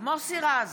מוסי רז,